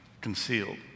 concealed